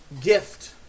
gift